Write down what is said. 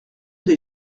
des